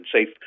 safe